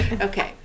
Okay